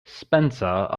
spencer